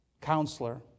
Counselor